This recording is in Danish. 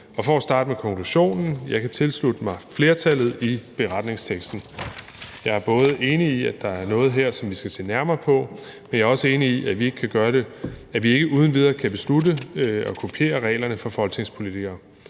For at starte med konklusionen vil jeg sige, at jeg kan tilslutte mig flertallets beretningstekst. Jeg er enig i, at der her er noget, som vi skal se nærmere på, men jeg er også enig i, at vi ikke uden videre kan beslutte at kopiere reglerne for folketingspolitikere.